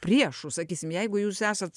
priešų sakysim jeigu jūs esat